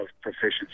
proficiency